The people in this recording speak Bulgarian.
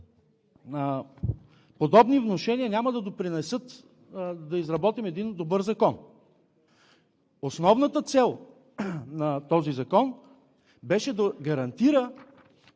подобни внушения няма да допринесат да изработим един добър закон. Основната цел на този закон беше да гарантира